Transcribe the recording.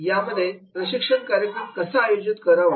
यामध्ये आपण प्रशिक्षण कार्यक्रम कसा आयोजित करावा